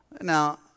Now